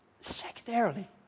Secondarily